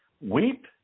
Weep